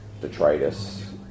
detritus